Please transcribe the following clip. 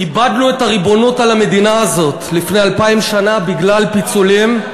איבדנו את הריבונות על המדינה הזאת לפני אלפיים שנה בגלל פיצולים,